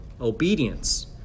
obedience